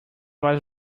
was